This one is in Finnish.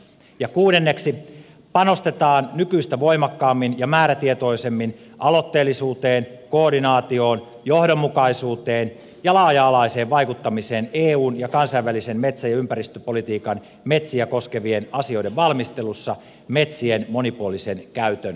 ja kuudenneksi panostetaan nykyistä voimakkaammin ja määrätietoisemmin aloitteellisuuteen koordinaatioon johdonmukaisuuteen ja laaja alaiseen vaikuttamiseen eun ja kansainvälisen metsä ja ympäristöpolitiikan metsiä koskevien asioiden valmistelussa metsien monipuolisen käytön varmistamiseksi